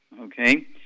Okay